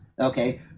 Okay